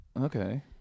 Okay